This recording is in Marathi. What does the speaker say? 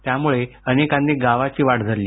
त्यामुळे अनेकांनी गावाची वाट धरली